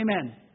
Amen